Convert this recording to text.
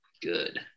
good